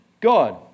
God